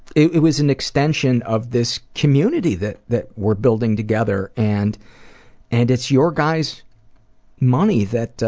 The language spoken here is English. it it was an extension of this community that that we're building together and and it's your guys' money that